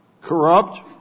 Corrupt